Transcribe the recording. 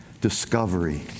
discovery